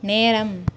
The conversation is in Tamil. நேரம்